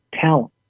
talent